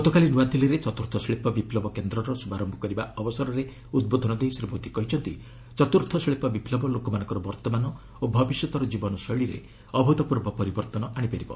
ଗତକାଲି ନ୍ତାଦିଲ୍ଲୀରେ ଚତ୍ରୁର୍ଥ ଶିଳ୍ପ ବିପ୍ଳବ କେନ୍ଦ୍ରର ଶୁଭାରମ୍ଭ କରିବା ଅବସରରେ ଉଦ୍ବୋଧନ ଦେଇ ଶ୍ରୀ ମୋଦି କହିଛନ୍ତି ଚତୁର୍ଥ ଶିଳ୍ପ ବିପ୍ଲବ ଲୋକମାନଙ୍କର ବର୍ତ୍ତମାନ ଓ ଭବିଷ୍ୟତ୍ର ଜୀବନଶୈଳୀରେ ଅଭୂତପୂର୍ବ ପରିବର୍ତ୍ତନ ଆଶିପାରିବ